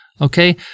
okay